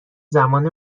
زمان